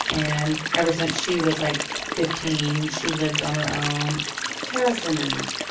and ever since she was, like, fifteen, she lived on her own tarra simmons,